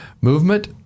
movement